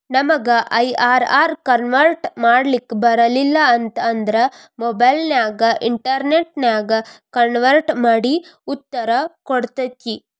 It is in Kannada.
ನಮಗ ಐ.ಆರ್.ಆರ್ ಕನ್ವರ್ಟ್ ಮಾಡ್ಲಿಕ್ ಬರಲಿಲ್ಲ ಅಂತ ಅಂದ್ರ ಮೊಬೈಲ್ ನ್ಯಾಗ ಇನ್ಟೆರ್ನೆಟ್ ನ್ಯಾಗ ಕನ್ವರ್ಟ್ ಮಡಿ ಉತ್ತರ ಕೊಡ್ತತಿ